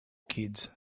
kids